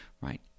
right